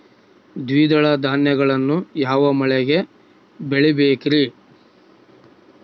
ದ್ವಿದಳ ಧಾನ್ಯಗಳನ್ನು ಯಾವ ಮಳೆಗೆ ಬೆಳಿಬೇಕ್ರಿ?